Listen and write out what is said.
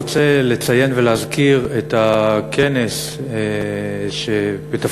רוצה לציין ולהזכיר את הכנס שבו הצלחנו,